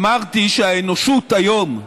אמרתי שהאנושות היום,